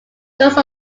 those